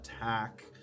attack